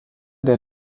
der